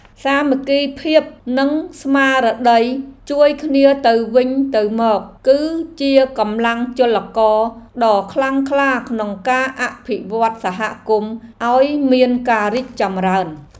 សាមគ្គីភាពនិងស្មារតីជួយគ្នាទៅវិញទៅមក គឺជាកម្លាំងចលករដ៏ខ្លាំងក្លាក្នុងការអភិវឌ្ឍសហគមន៍ឱ្យមានការរីកចម្រើន។